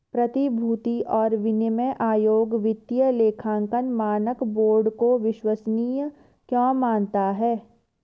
प्रतिभूति और विनिमय आयोग वित्तीय लेखांकन मानक बोर्ड को विश्वसनीय क्यों मानता है?